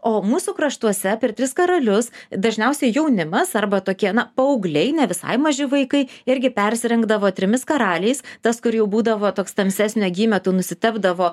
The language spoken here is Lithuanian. o mūsų kraštuose per tris karalius dažniausiai jaunimas arba tokie na paaugliai ne visai maži vaikai irgi persirengdavo trimis karaliais tas kur jau būdavo toks tamsesnio gymio tai jau nustebdavo